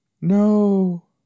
no